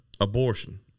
Abortion